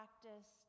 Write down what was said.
practiced